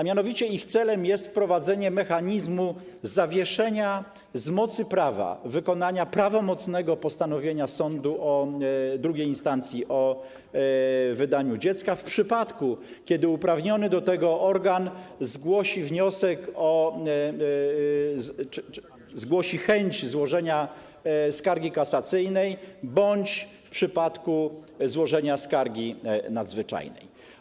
Mianowicie ich celem jest wprowadzenie mechanizmu zawieszenia z mocy prawa wykonania prawomocnego postanowienia sądu II instancji o wydaniu dziecka w przypadku, kiedy uprawniony do tego organ zgłosi chęć złożenia skargi kasacyjnej, bądź w przypadku złożenia skargi nadzwyczajnej.